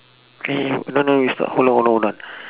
eh no no no it's not hold on hold on hold on